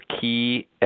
key